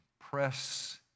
press